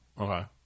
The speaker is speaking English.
okay